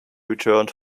returned